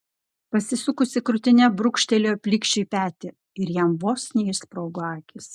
pasisukusi krūtine brūkštelėjo plikšiui petį ir jam vos neišsprogo akys